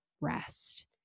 rest